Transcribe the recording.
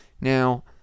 Now